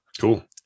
Cool